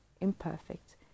imperfect